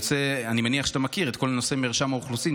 אני מניח שאתה מכיר את כל נושא מרשם האוכלוסין,